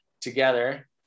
together